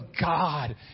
God